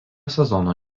sezono